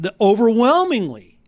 Overwhelmingly